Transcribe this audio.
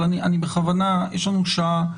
יש לנו שעה,